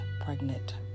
pregnant